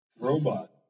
Robot